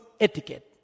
etiquette